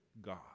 God